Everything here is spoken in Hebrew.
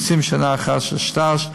עושים שנה אחת של סטאז',